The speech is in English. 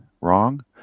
wrong